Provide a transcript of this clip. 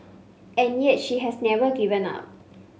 and yet she has never given up